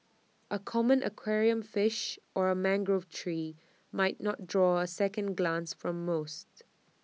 A common aquarium fish or A mangrove tree might not draw A second glance from most